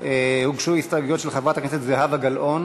הוגשו הסתייגויות של חברת הכנסת זהבה גלאון,